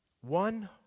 one